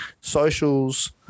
socials